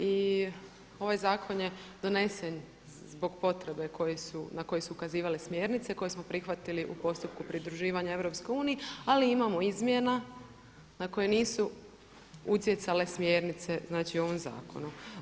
I ovaj zakon je donesen zbog potrebe na koje su ukazivale smjernice koje smo prihvatili u postupku pridruživanja Europskoj uniji, ali imamo izmjena na koje nisu utjecale smjernice znači u ovom zakonu.